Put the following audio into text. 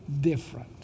different